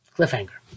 Cliffhanger